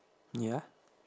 ya